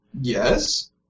Yes